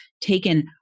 taken